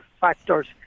factors